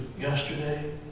yesterday